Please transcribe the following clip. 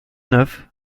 neuf